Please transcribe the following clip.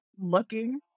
looking